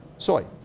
soy.